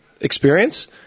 experience